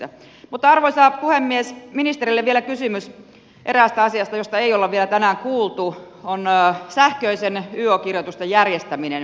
mutta arvoisa puhemies ministerille vielä kysymys eräästä asiasta josta ei olla vielä tänään kuultu ja se on sähköisten yo kirjoitusten järjestäminen